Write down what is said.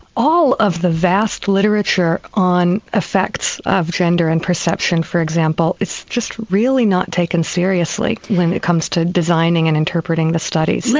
all of the vast literature on effects of gender and perception for example, it's just really not taken seriously when it comes to designing and interpreting the studies.